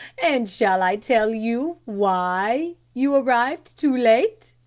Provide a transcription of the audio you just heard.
and shall i tell you why you arrived too late?